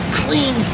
clean